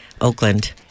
Oakland